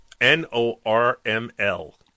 N-O-R-M-L